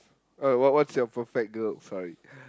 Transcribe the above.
uh what what's your perfect girl sorry